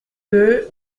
deux